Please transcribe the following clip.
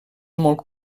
molt